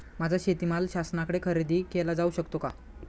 माझा शेतीमाल शासनाकडे खरेदी केला जाऊ शकतो का?